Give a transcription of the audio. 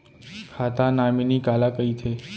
खाता नॉमिनी काला कइथे?